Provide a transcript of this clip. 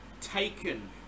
taken